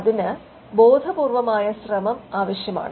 അതിന് ബോധപൂർവ്വമായ ശ്രമം ആവശ്യമാണ്